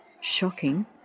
shocking